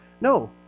No